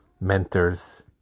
mentors